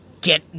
get